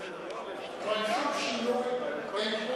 יש שינוי בסדר-היום?